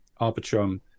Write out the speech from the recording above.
Arbitrum